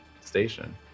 Station